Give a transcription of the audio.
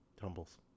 tumbles